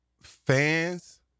fans